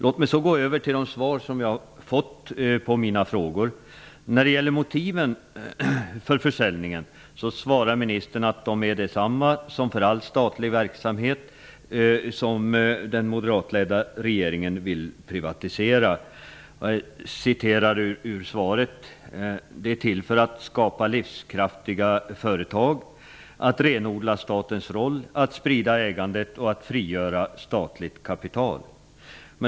Låt mig så gå över till de svar som jag fått på mina frågor. När det gäller motiven för försäljningen svarar ministern att de är desamma som för all statlig verksamhet som den moderatledda regeringen vill privatisera. Enligt svaren är motiven ''att skapa mer livskraftiga företag, renodla statens roll, sprida ägandet och frigöra statligt kapital.''